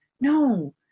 No